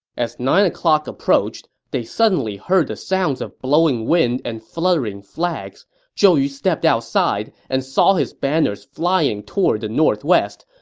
as nine o'clock approached, they suddenly heard the sounds of blowing wind and fluttering flags. zhou yu stepped outside and saw his banners flying toward the northwest.